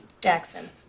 Jackson